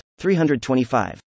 325